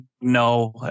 no